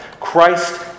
Christ